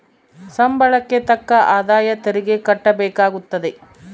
ಸಂಬಳಕ್ಕೆ ತಕ್ಕ ಆದಾಯ ತೆರಿಗೆ ಕಟ್ಟಬೇಕಾಗುತ್ತದೆ